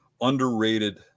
underrated